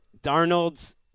Darnold's